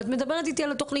ואת מדברת איתי על התוכנית.